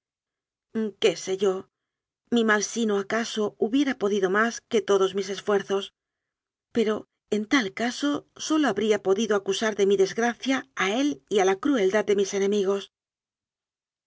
qué sé yo mi mal sino acaso hubiera podido más que todos mis esfuerzos pero en tal caso sólo habría podido acusar de mi desgracia a él y a la crueldad de mis enemigos